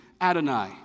Adonai